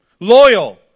loyal